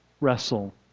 wrestle